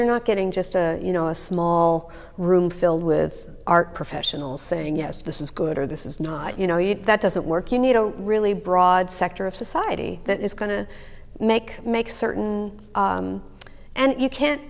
you're not getting just a you know a small room filled with art professionals saying yes this is good or this is not you know you that doesn't work you need a really broad sector of society that is going to make make certain and you can't